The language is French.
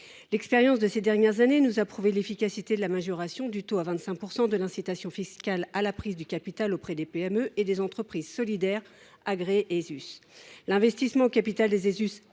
L’expérience de ces dernières années nous a prouvé l’efficacité de la majoration à 25 % du taux de l’incitation fiscale à la prise du capital auprès des PME et des entreprises solidaires agréées Esus. L’évolution de l’investissement au capital des Esus